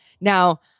Now